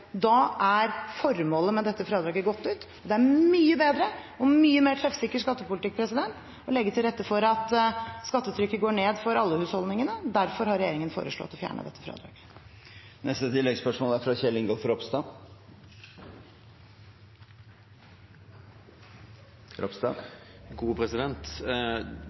Da er formålet med dette fradraget gått ut. Det er mye bedre og mye mer treffsikker skattepolitikk å legge til rette for at skattetrykket går ned for alle husholdningene. Derfor har regjeringen foreslått å fjerne dette fradraget. Kjell Ingolf Ropstad – til oppfølgingsspørsmål. Det å ha gode